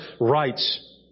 rights